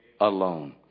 alone